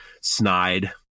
snide